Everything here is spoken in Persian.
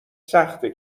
سخته